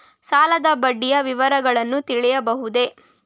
ಸಾಲದ ಬಡ್ಡಿಯ ವಿವರಗಳನ್ನು ತಿಳಿಯಬಹುದೇ?